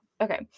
Okay